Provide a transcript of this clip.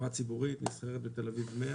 חברה ציבורית, נסחרת בתל אביב 100,